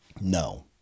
no